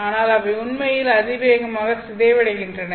ஆனால் அவை உண்மையில் அதிவேகமாக சிதைவடைகின்றன